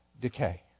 decay